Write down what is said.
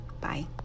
Bye